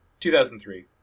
2003